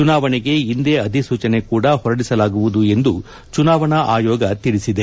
ಚುನಾವಣೆಗೆ ಇಂದೇ ಅಧಿಸೂಚನೆ ಕೊಡ ಹೊರಡಿಸಲಾಗುವುದು ಎಂದು ಚುನಾವಣಾ ಅಯೋಗ ತಿಳಿಸಿದೆ